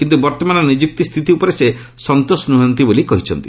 କିନ୍ତୁ ବର୍ତ୍ତମାନର ନିଯୁକ୍ତି ସ୍ଥିତି ଉପରେ ସେ ସନ୍ତୋଷ ନୁହଁନ୍ତି ବୋଲି କହିଛନ୍ତି